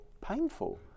painful